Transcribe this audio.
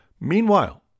Meanwhile